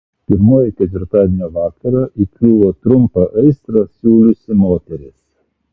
pirmoji ketvirtadienio vakarą įkliuvo trumpą aistrą siūliusi moteris